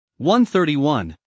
131